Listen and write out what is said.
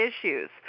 issues